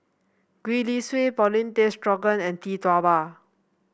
Gwee Li Sui Paulin Tay Straughan and Tee Tua Ba